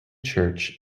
church